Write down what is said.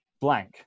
blank